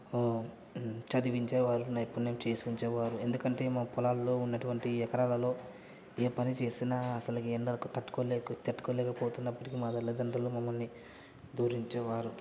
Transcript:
చదివించేవారు నైపుణ్యం చేసుంచేవారు ఎందుకంటే మా పొలాల్లో ఉన్నటువంటి ఎకరాలలో ఏ పని చేసినా అసలు ఎండలకు తట్టుకోలేక తట్టుకోలేకపోతున్నప్పటికీ మా తల్లిదండ్రులు మమ్మల్ని దూరించేవారు